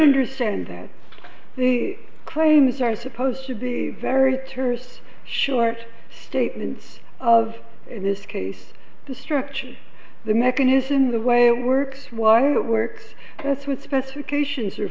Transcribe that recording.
understand that the claims are supposed to be very terse sure statements of in this case the structure of the mechanism the way it works why it works that's what specifications